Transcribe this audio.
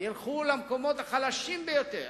ילכו למקומות החלשים ביותר,